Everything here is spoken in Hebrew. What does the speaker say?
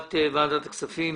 ישיבת ועדת הכספים.